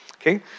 okay